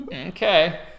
Okay